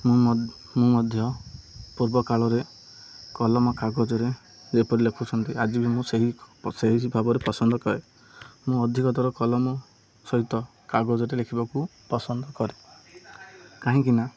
ମୁଁ ମୁଁ ମଧ୍ୟ ପୂର୍ବକାଳରେ କଲମ କାଗଜରେ ଯେପରି ଲେଖୁଛନ୍ତି ଆଜି ବି ମୁଁ ସେହି ସେହି ଭାବରେ ପସନ୍ଦ କରେ ମୁଁ ଅଧିକତର କଲମ ସହିତ କାଗଜରେ ଲେଖିବାକୁ ପସନ୍ଦ କରେ କାହିଁକିନା